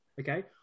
Okay